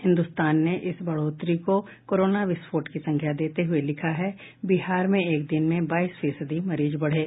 हिन्दुस्तान ने इस बढ़ोतरी को कोरोना विस्फोट की संज्ञा देते हुए लिखा है बिहार में एक दिन में बाईस फीसदी मरीज बढ़े